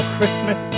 Christmas